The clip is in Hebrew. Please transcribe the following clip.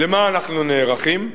למה אנחנו נערכים?